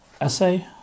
Essay